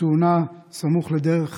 בתאונה בסמוך לדרך פרימן.